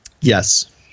Yes